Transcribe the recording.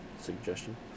suggestion